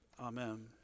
Amen